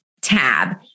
tab